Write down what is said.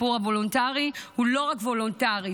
הסיפור הוולונטרי הוא לא רק וולונטרי.